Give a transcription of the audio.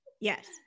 yes